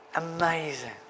Amazing